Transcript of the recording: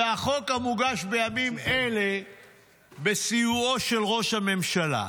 והחוק המוגש בימים אלה בסיועו של ראש הממשלה,